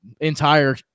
entire